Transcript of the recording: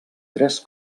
tres